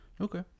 Okay